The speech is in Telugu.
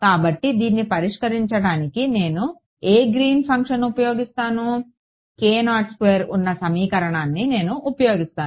కాబట్టి దీన్ని పరిష్కరించడానికి నేను ఏ గ్రీన్ ఫంక్షన్ని ఉపయోగిస్తాను ఉన్న సమీకరణాన్ని నేను ఉపయోగిస్తాను